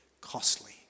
costly